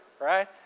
right